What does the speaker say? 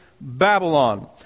Babylon